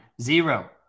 Zero